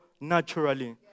naturally